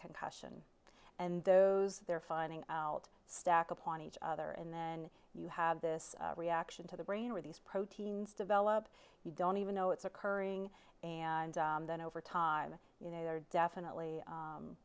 concussion and those they're finding out stack upon each other and then you have this reaction to the brain or these proteins develop you don't even know it's occurring and then over time you know they're definitely